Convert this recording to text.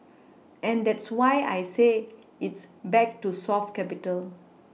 and that's why I say it's back to soft capital